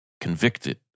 convicted